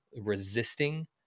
resisting